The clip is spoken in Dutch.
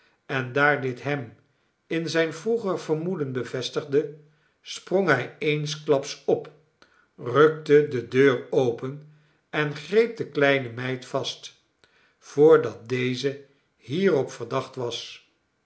en daar dit hem in zijn vroeger vermoeden bevestigde sprong hij eensklaps op rukte de deur open en greep de kleine meid vast voordat deze hierop verdacht was